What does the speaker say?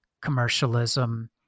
commercialism